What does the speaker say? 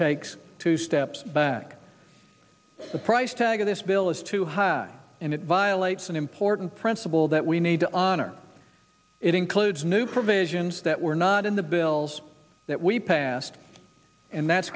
takes two steps back the price tag of this bill is too high and it violates an important principle that we need to honor it includes new provisions that were not in the bills that we passed and that's